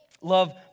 Love